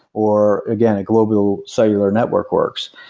or again, a global cellular network works.